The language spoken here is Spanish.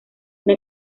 una